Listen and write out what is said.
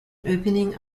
opening